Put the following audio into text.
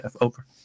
over